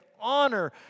honor